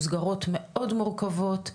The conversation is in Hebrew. מסגרות מאוד מורכבות,